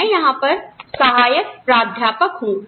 मैं यहां पर सहायक प्राध्यापक हूं